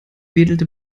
wedelte